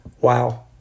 Wow